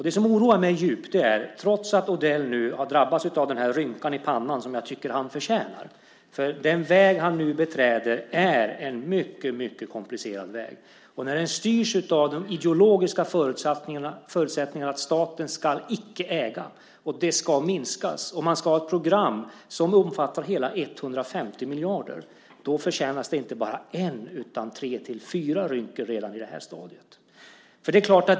Det som oroar mig djupt är att den väg som Odell nu beträder - trots att han drabbats av rynkan i pannan, som jag tycker att han förtjänar - är en mycket komplicerad väg, och när den styrs av den ideologiska föresatsen att staten icke ska äga, att ägandet ska minskas och man ska ha ett program som omfattar hela 150 miljarder, då räcker det inte med bara en utan tre fyra rynkor redan i det här stadiet.